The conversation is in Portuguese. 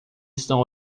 estão